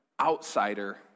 outsider